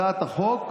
הצעת החוק,